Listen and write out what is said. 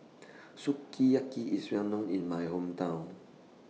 Sukiyaki IS Well known in My Hometown